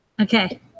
Okay